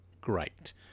great